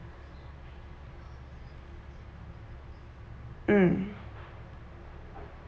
mm